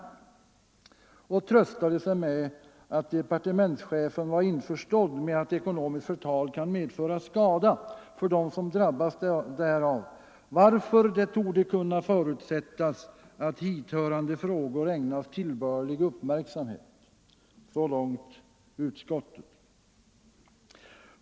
Och utskottet tröstade sig med att departementschefen var införstådd med att ekonomiskt förtal kan medföra skada för dem som drabbas därav, varför det torde kunna förutsättas att hithörande frågor ägnas tillbörlig uppmärksamhet. Så långt utskottet.